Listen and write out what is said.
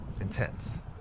intense